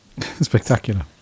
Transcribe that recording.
spectacular